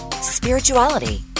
spirituality